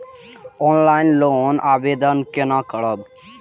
Offline loan के आवेदन केना करब?